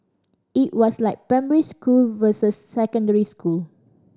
it was like primary school versus secondary school